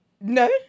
No